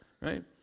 right